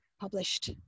Published